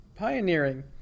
pioneering